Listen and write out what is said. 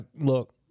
look